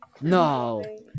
No